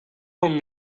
from